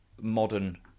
modern